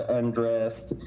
undressed